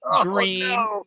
Green